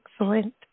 Excellent